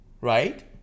right